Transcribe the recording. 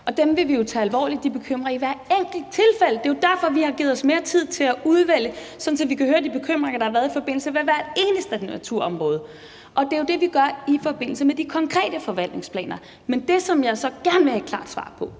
vil vi jo tage alvorligt i hvert enkelt tilfælde; det er jo derfor, vi har givet os mere tid til at udvælge, så vi kan høre om de bekymringer, der har været i forbindelse med hvert eneste naturområde, og det er jo det, vi gør i forbindelse med de konkrete forvaltningsplaner. Men det, som jeg så gerne vil have et klart svar på,